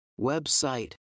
website